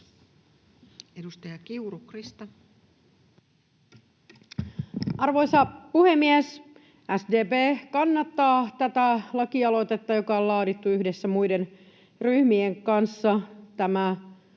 Edustaja Kiuru, Krista. Arvoisa puhemies! SDP kannattaa tätä lakialoitetta, joka on laadittu yhdessä muiden ryhmien kanssa. Tämä lakialoite